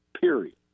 period